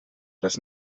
das